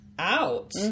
Out